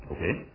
Okay